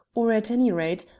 or, at any rate,